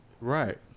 Right